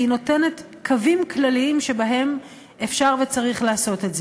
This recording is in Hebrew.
והיא נותנת קווים כלליים שבהם אפשר וצריך לעשות את זה.